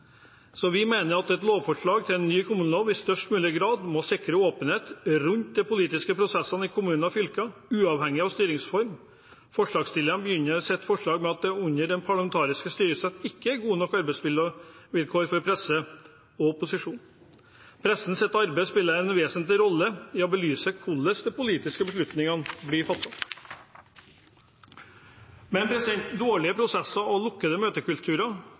Så vi mener at et lovforslag til en ny kommunelov i størst mulig grad må sikre åpenhet rundt de politiske prosessene i kommunene og fylkene uavhengig av styringsform. Forslagsstillerne begynner sitt forslag med at det under det parlamentariske styresettet ikke er gode nok arbeidsvilkår for presse og opposisjon. Pressens arbeid spiller en vesentlig rolle i å belyse hvordan de politiske beslutningene blir fattet. Men dårlige prosesser og lukkede møtekulturer